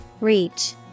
Reach